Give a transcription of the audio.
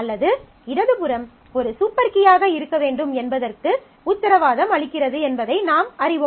அல்லது இடது புறம் ஒரு சூப்பர் கீயாக இருக்க வேண்டும் என்பதற்கு உத்தரவாதம் அளிக்கிறது என்பதை நாம் அறிவோம்